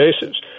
bases